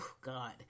God